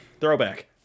Throwback